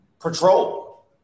Patrol